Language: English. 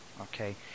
okay